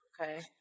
Okay